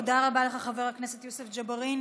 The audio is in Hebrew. תודה רבה לך, חבר הכנסת יוסף ג'בארין.